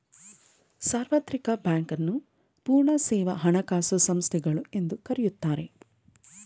ಸಾರ್ವತ್ರಿಕ ಬ್ಯಾಂಕ್ ನ್ನು ಪೂರ್ಣ ಸೇವಾ ಹಣಕಾಸು ಸಂಸ್ಥೆಗಳು ಎಂದು ಕರೆಯುತ್ತಾರೆ